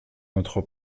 notre